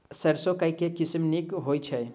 सैरसो केँ के किसिम नीक होइ छै?